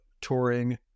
touring